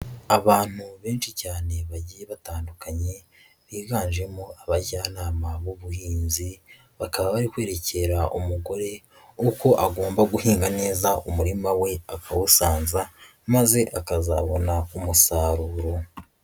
Abantu benshi cyane bagiye batandukanye biganjemo abajyanama b'ubuhinzi, bakaba bari kwerekera umugore uko agomba guhinga neza umurima we akawusanza maze akazabona umusaruro.